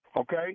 Okay